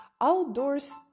outdoors